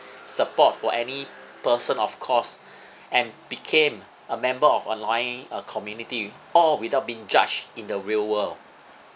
support for any person of course and became a member of online uh community all without being judged in the real world